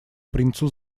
принцу